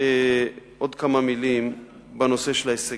עוד כמה מלים בנושא ההישגים.